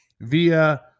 via